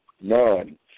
none